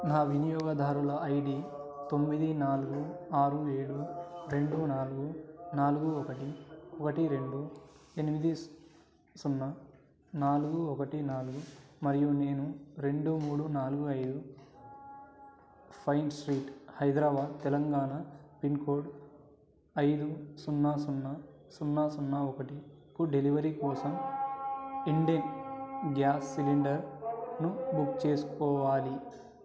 నా వినియోగదారుల ఐడీ తొమ్మిది నాలుగు ఆరు ఏడు రెండు నాలుగు నాలుగు ఒకటి ఒకటి రెండు ఎనిమిది సున్నా నాలుగు ఒకటి నాలుగు మరియు నేను రెండు మూడు నాలుగు ఐదు fine street Hyderabad Telangana pin code ఐదు సున్నా సున్నా సున్నా సున్నా ఒకటి కు డెలివరీ కోసం ఇండేన్ గ్యాస్ సిలిండర్ను బుక్ చేసుకోవాలి